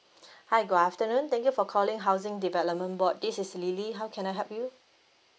hi good afternoon thank you for calling housing development board this is lily how can I help you